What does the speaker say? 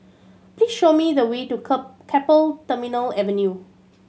please show me the way to Keppel Terminal Avenue